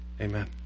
Amen